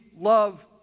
love